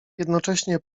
jednocześnie